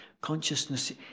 Consciousness